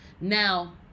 now